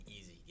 easy